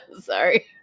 Sorry